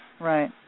Right